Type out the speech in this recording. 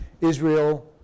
Israel